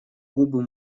губы